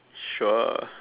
sure